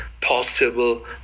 possible